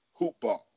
hoopball